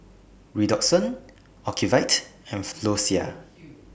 Redoxon Ocuvite and Floxia